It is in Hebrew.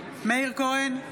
מאיר כהן,